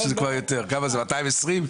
220?